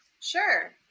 Sure